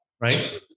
Right